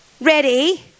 ready